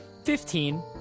Fifteen